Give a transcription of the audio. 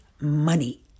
money